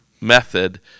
method